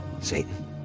Satan